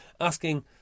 asking